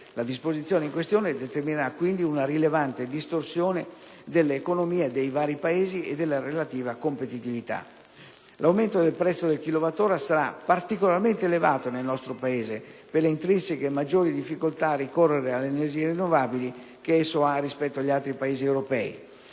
La disposizione in questione determinerà, quindi, una rilevante distorsione delle economie dei vari Paesi e della relativa competitività. L'aumento del prezzo del chilowattora sarà particolarmente elevato nel nostro Paese per le intrinseche maggiori difficoltà a ricorrere alle energie rinnovabili che esso ha rispetto agli altri Paesi europei.